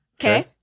Okay